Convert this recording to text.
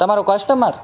તમારું કસ્ટમર